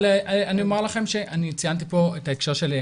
אבל אני אומר לכם שאני ציינתי פה את ההקשר של,